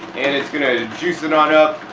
and it's going to juice it on up.